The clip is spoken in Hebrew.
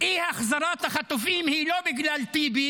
אי-החזרת החטופים היא לא בגלל טיבי,